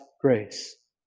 grace